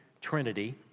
trinity